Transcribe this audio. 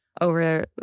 over